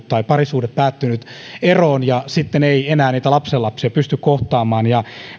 tai parisuhde päättynyt eroon ja sitten ei enää niitä lapsenlapsia pysty kohtaamaan